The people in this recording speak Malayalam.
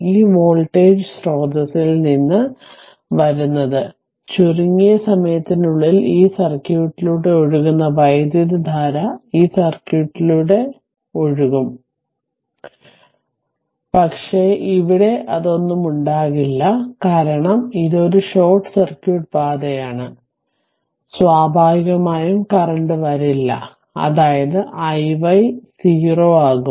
ഈ വോൾട്ടേജ് സ്രോതസ്സിൽ നിന്ന് വരുന്നത് ചുരുങ്ങിയ സമയത്തിനുള്ളിൽ ഈ സർക്യൂട്ടിലൂടെ ഒഴുകുന്ന വൈദ്യുതധാര ഈ സർക്യൂട്ടിലൂടെ ഒഴുകും പക്ഷേ ഇവിടെ ഒന്നും ഉണ്ടാകില്ല കാരണം ഇത് ഒരു ഷോർട്ട് സർക്യൂട്ട് പാതയാണ് അതിനാൽ സ്വാഭാവികമായും കറന്റ് വരില്ല അതായത് iy 0 ആകും